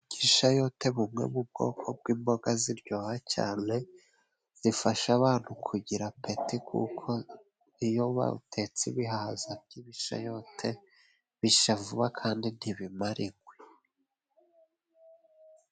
Igishayote bumwe mu bwoko bw'imboga ziryoha cyane, zifasha abantu kugira apeti kuko iyo batetse ibihaza by'ibishayote, bishya vuba kandi ntibimara inkwi.